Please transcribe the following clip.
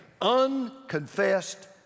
unconfessed